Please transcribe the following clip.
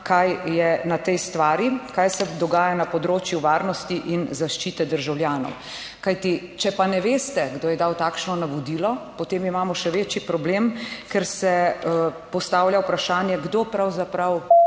kaj je na tej stvari, kaj se dogaja na področju varnosti in zaščite državljanov? Kajti, če pa ne veste, kdo je dal takšno navodilo, potem imamo še večji problem, ker se postavlja vprašanje, kdo pravzaprav